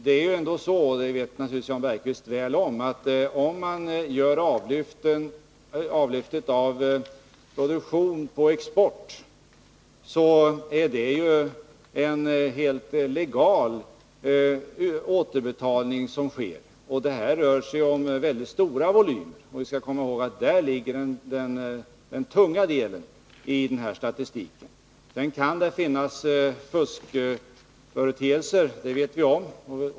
Det är ju så — och det känner naturligtvis Jan Bergqvist väl till — att om man gör avlyftet av produktion på export är det en helt legal återbetalning som sker. Det rör sig om mycket stora volymer, och vi skall komma ihåg att där ligger den tunga delen i den här statistiken. Sedan kan det finnas fuskföreteelser — det vet vi om.